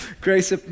grace